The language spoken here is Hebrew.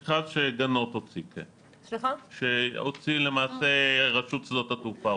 מכרז שהוציאה למעשה רשות שדות התעופה,